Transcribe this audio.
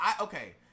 okay